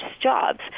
jobs